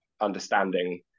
understanding